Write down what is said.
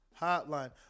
hotline